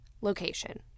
location